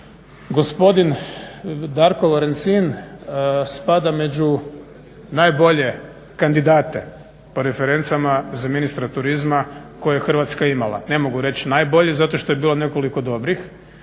gospodin Darko Lorencin spada među najbolje kandidate po referencama za ministra turizma koje je Hrvatska imala. Ne mogu reći najbolji, zato što je bilo nekoliko dobrih,